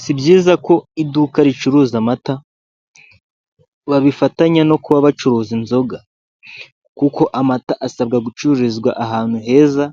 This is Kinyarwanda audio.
Si byiza ko iduka ricuruza amata babifatanya no kuba bacuruza inzoga kuko amata asabwa gucururizwa ahantu heza